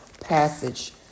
passage